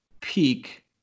peak